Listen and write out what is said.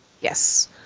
Yes